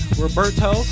Roberto